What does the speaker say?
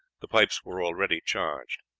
the pipes were already charged.